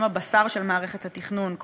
הן הבשר של מערכת התכנון,